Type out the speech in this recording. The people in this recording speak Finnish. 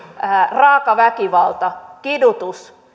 raaka väkivalta kidutus